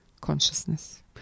consciousness